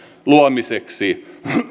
luomiseksi